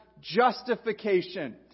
justification